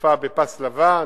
עקיפה על פס לבן,